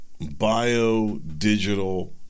bio-digital